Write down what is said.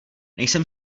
nejsem